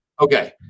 Okay